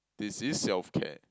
this is self care